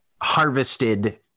harvested